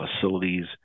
facilities